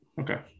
okay